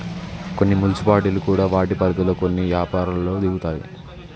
కొన్ని మున్సిపాలిటీలు కూడా వాటి పరిధిలో కొన్ని యపారాల్లో దిగుతాయి